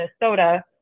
Minnesota